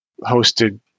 hosted